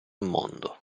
mondo